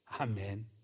Amen